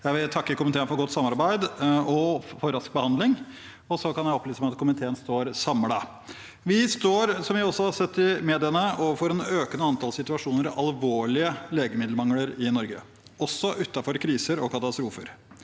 Jeg vil takke komiteen for godt samarbeid og for rask behandling. Så kan jeg opplyse om at komiteen står samlet. Vi står, som vi også har sett i mediene, overfor et økende antall situasjoner med alvorlig legemiddelmangel i Norge, også utenfor kriser og katastrofer.